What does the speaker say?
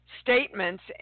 statements